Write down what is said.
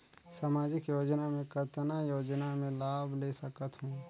समाजिक योजना मे कतना योजना मे लाभ ले सकत हूं?